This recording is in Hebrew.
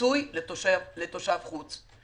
פיצוי לתושב חוץ,